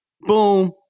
boom